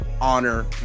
honor